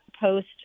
post